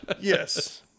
Yes